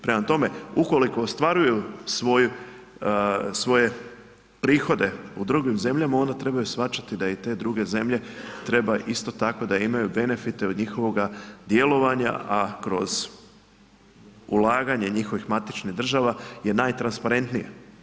Prema tome, ukoliko ostvaruju svoje prihode u drugim zemljama onda trebaju shvaćati da i te druge zemlje treba isto tako da imaju benefite od njihovog djelovanja, a kroz ulaganje njihovih matičnih država je najtransparentnije.